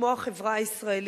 כמו החברה הישראלית,